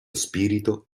spirito